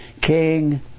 King